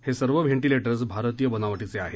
ही सर्व वेंटिलेटर्स भारतीय बनावटीची आहेत